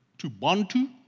to bantu